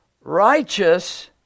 righteous